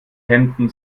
hemden